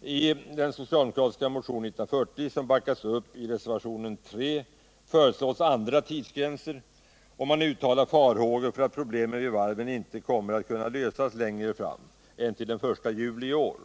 I den socialdemokratiska motionen 1977/78:1940, som backas upp i reservationen 3, föreslås andra tidsgränser. Man uttalar farhågor för att problemen vid varven bara kan lösas till den 1 juli i år,